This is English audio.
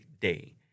day